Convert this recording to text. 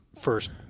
first